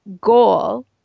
goal